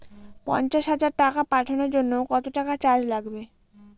পণ্চাশ হাজার টাকা পাঠানোর জন্য কত টাকা চার্জ লাগবে?